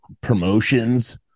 promotions